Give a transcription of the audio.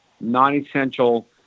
non-essential